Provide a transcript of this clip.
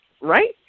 Right